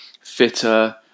fitter